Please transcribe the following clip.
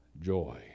joy